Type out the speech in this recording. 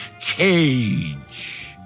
cage